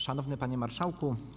Szanowny Panie Marszałku!